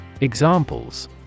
Examples